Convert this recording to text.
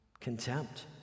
Contempt